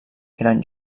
eren